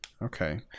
Okay